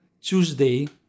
Tuesday